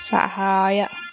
ಸಹಾಯ